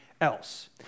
else